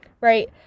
right